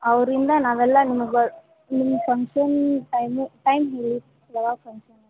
ಅವರಿಂದ ನಾವೆಲ್ಲ ನಿಮ್ಗು ನಿಮ್ಮ ಫಂಕ್ಷನ್ ಟೈಮು ಟೈಮ್ ಹೇಳಿ ಯಾವಾಗ ಫಂಕ್ಷನು ಅಂತ